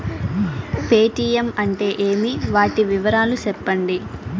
Paytm అంటే ఏమి, వాటి వివరాలు సెప్పండి?